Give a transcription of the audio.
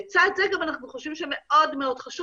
בצד זה אנחנו גם חושבים שמאוד מאוד חשוב